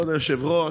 כבוד היושב-ראש,